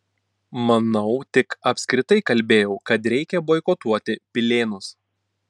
manau tik apskritai kalbėjau kad reikia boikotuoti pilėnus